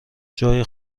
جای